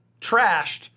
trashed